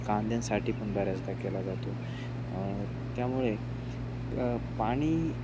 कांद्यांसाठी पण बऱ्याचदा केला जातो त्यामुळे पाणी